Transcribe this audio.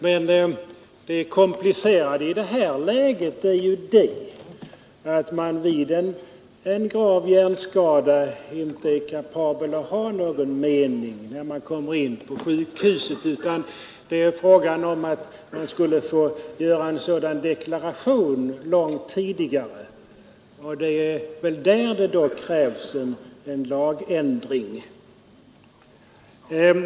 Men det komplicerade i detta läge är att man vid en grav hjärnskada inte är kapabel att ha någon mening och att man därför borde få göra en deklaration långt tidigare. Det är väl därför det torde krävas en rättslig prövning.